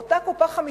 ואותה קופה חמישית,